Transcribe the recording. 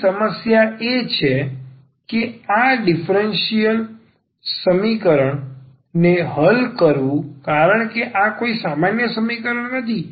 અહીં સમસ્યા એ છે કે આ સમીકરણને હલ કરવું કારણ કે આ કોઈ સામાન્ય સમીકરણ નથી